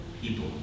people